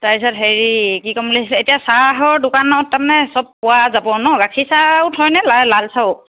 তাৰপিছত হেৰি কি ক'ম বুলি ভাবিছিলো এতিয়া চাহৰ দোকানত তাৰমানে সব পোৱা যাব নহ্ গাখীৰ চাহো থয়নে লা লাল চাহো